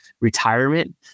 retirement